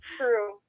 true